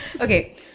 Okay